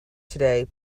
today